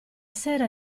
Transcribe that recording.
sera